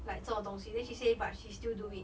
like 这种东西 then she say but she's still do it